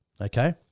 okay